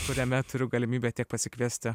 kuriame turiu galimybę tiek pasikviesti